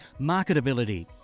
marketability